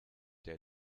der